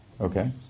Okay